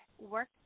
work